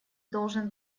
должен